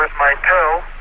but my toe.